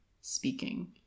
speaking